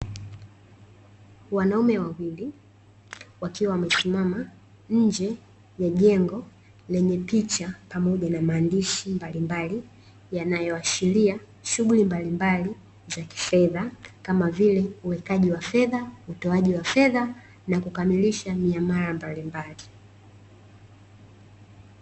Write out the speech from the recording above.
Wanaume wawili wakiwa wamesimama nje ya jengo lenye picha pamoja na maandishi mbalimbali yanayoashiria shughuli mbalimbali za kifedha kama vile uwekaji wa fedha, utoaji wa fedha na kukamilisha miamala mbalimbali.